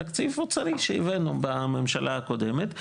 תקציב אוצרי שהבאנו בממשלה הקודמת,